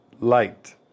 light